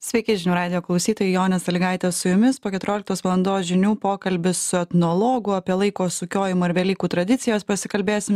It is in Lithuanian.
sveiki žinių radijo klausytojai jonė sąlygaitė su jumis keturioliktos valandos žinių pokalbis su etnologu apie laiko sukiojimą ir velykų tradicijas pasikalbėsim